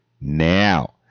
now